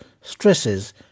stresses